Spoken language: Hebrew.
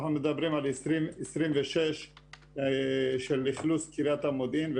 אנחנו מדברים על 2026 של אכלוס קריית המודיעין,